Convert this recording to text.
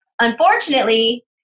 unfortunately